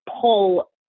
pull